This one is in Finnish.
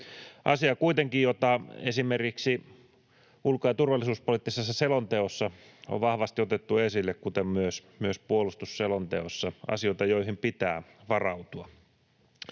— kuitenkin asia, joka esimerkiksi ulko- ja turvallisuuspoliittisessa selonteossa on vahvasti otettu esille kuten myös puolustusselonteossa. Asioita, joihin pitää varautua.